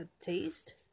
taste